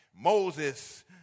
Moses